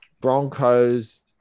Broncos